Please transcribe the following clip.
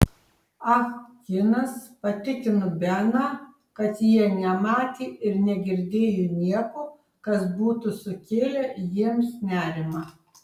ah kinas patikino beną kad jie nematė ir negirdėjo nieko kas būtų sukėlę jiems nerimą